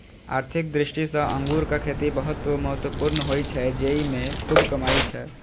आर्थिक दृष्टि सं अंगूरक खेती बहुत महत्वपूर्ण होइ छै, जेइमे खूब कमाई छै